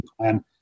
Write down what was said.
plan